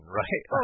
right